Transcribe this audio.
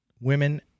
women